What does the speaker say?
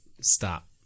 Stop